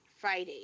Friday